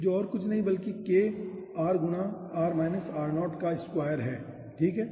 जो और कुछ नहीं बल्कि k r गुना r r0 का स्क्वायर है ठीक है